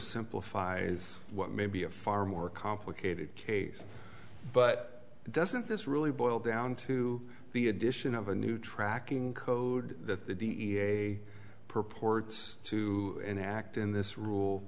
simplified is what may be a far more complicated case but doesn't this really boil down to the addition of a new tracking code that the da purports to an act in this rule